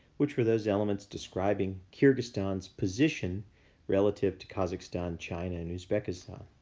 which were those elements describing kyrgyzstan's position relative to kazakhstan, china, and uzbekistan.